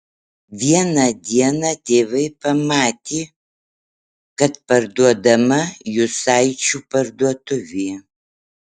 vieną dieną tėvai pamatė kad parduodama jucaičių parduotuvė